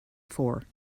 four